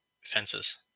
fences